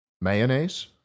mayonnaise